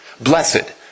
Blessed